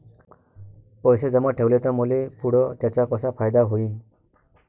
पैसे जमा ठेवले त मले पुढं त्याचा कसा फायदा होईन?